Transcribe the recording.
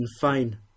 fine